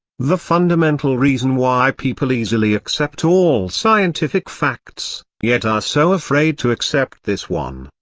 the fundamental reason why people easily accept all scientific facts, yet are so afraid to accept this one,